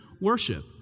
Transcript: worship